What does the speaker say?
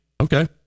Okay